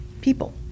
people